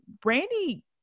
Brandy